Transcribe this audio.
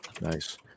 Nice